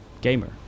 gamer